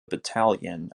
battalion